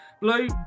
Blue